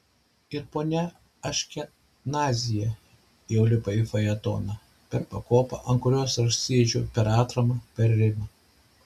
ir ponia aškenazyje jau lipa į fajetoną per pakopą ant kurios aš sėdžiu per atramą per rimą